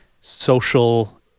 social